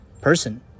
person